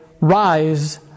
rise